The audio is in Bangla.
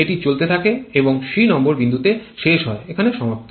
এটি চলতে থাকে এবং c নম্বর বিন্দুতে শেষ হয় এখানে সমাপ্ত